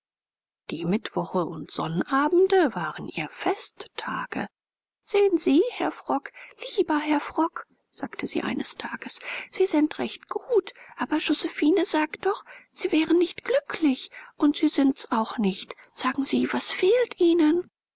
die mittwoche und sonnabende waren ihr festtage sehen sie herr frock lieber herr frock sagte sie eines tages sie sind recht gut aber josephine sagt doch sie wären nicht glücklich und sie sind es auch nicht sagen sie was fehlt ihnen